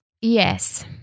Yes